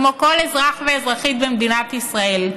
כמו כל אזרח ואזרחית במדינת ישראל,